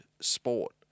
sport